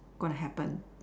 gonna happen